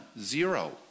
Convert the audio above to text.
Zero